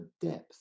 depth